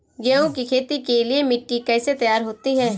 गेहूँ की खेती के लिए मिट्टी कैसे तैयार होती है?